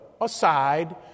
aside